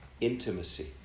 Intimacy